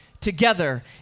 together